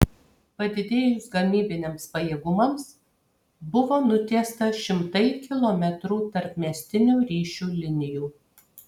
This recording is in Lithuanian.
padidėjus gamybiniams pajėgumams buvo nutiesta šimtai kilometrų tarpmiestinių ryšių linijų